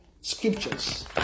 scriptures